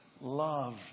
love